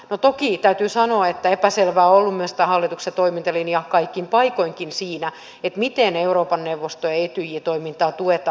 no toki täytyy sanoa että epäselvää on ollut myös tämän hallituksen toimintalinja kaikin paikoinkin siinä miten euroopan neuvoston ja etyjin toimintaa tuetaan